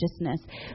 righteousness